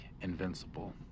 Invincible